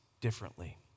differently